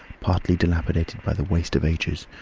partly dilapidated by the waste of ages,